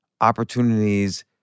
opportunities